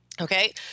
okay